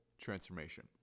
transformation